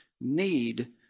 need